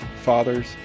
fathers